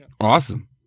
Awesome